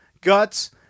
Guts